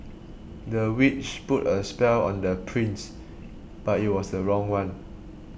the witch put a spell on the prince but it was the wrong one